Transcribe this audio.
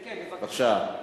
כן, בבקשה.